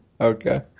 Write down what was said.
Okay